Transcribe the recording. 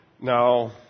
Now